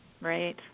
Right